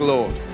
Lord